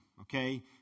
okay